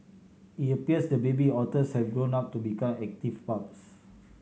it appears the baby otters have grown up to become active pups